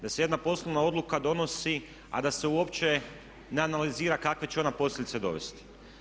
Da se jedna poslovna odluka donosi a da se uopće ne analizira kakve će ona posljedice dovesti.